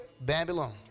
Babylon